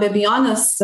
be abejonės